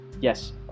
Yes